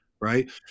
right